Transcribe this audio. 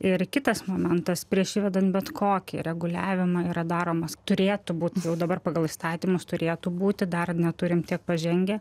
ir kitas momentas prieš įvedant bet kokį reguliavimą yra daromas turėtų būti jau dabar pagal įstatymus turėtų būti dar neturim tiek pažengę